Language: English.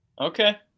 Okay